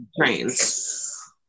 Trains